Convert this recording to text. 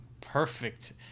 perfect